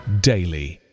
daily